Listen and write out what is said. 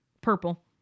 Purple